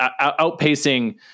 outpacing